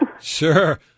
sure